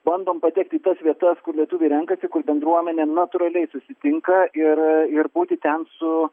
bandom patekt į tas vietas kur lietuviai renkasi kur bendruomenė natūraliai susitinka ir ir būti ten su